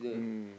mm